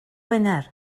wener